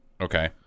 Okay